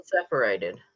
separated